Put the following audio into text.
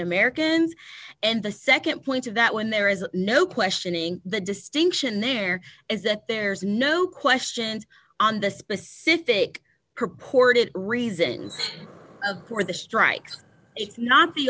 americans and the nd point of that when there is no questioning the distinction there is that there is no question on the specific purported reasons of course the strikes it's not the